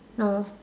no